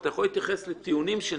אתה יכול להתייחס לטיעונים שנאמרים,